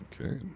Okay